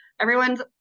Everyone's